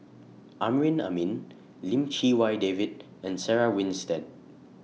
Amrin Amin Lim Chee Wai David and Sarah Winstedt